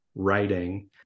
writing